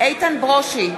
איתן ברושי,